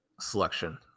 selection